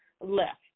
left